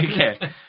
okay